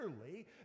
clearly